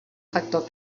factor